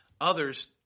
Others